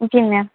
जी ma'am